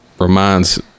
reminds